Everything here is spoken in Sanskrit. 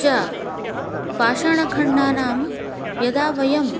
च पाषाणखण्डानां यदा वयम्